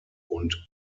und